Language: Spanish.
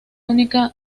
única